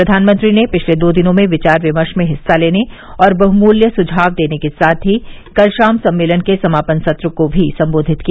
प्रधानमंत्री ने पिछले दो दिनों में विचार विमर्श में हिस्सा लेने और बहमुल्य सुझाव देने के साथ ही कल शाम सम्मेलन के समापन सत्र को भी सम्बोधित किया